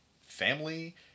Family